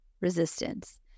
resistance